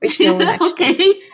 Okay